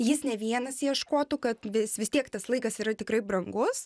jis ne vienas ieškotų kad vis vis tiek tas laikas yra tikrai brangus